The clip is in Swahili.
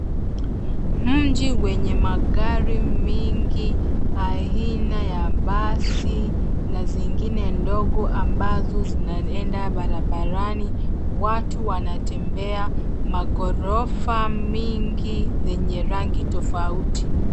Mji wenye magari mingi aina ya basi na zingine ndogo ambazo zinaenda barabarani. Watu wanatembea. Maghorofa mingi zenye rangi tofauti.